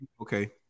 Okay